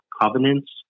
covenants